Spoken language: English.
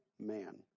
man